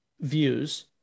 views